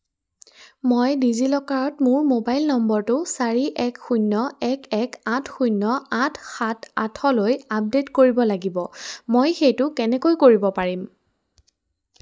মই ডিজিলকাৰত মোৰ মোবাইল নম্বৰটো চাৰি এক শূন্য এক এক আঠ শূন্য আঠ সাত আঠলৈ আপডেট কৰিব লাগিব মই সেইটো কেনেকৈ কৰিব পাৰিম